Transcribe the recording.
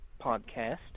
podcast